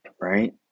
right